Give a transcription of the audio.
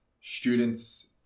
students